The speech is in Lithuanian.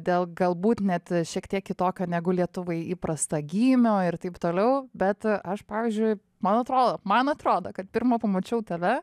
dėl galbūt net šiek tiek kitokio negu lietuvai įprasta gymio ir taip toliau bet aš pavyzdžiui man atrodo man atrodo kad pirma pamačiau tave